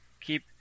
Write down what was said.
keep